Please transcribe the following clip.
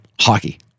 hockey